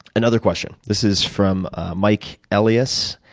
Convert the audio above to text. another question. this is from mike elias.